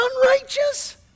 unrighteous